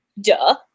duh